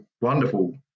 wonderful